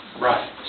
Right